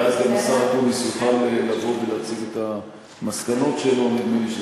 ואז גם השר אקוניס יוכל לבוא ולהציג את המסקנות שלו.